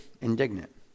indignant